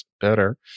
better